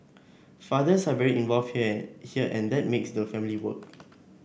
fathers are very involved here here and that makes the family work